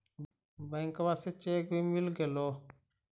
बैंकवा से चेक भी मिलगेलो?